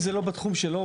אם זה לא בתחום שלו או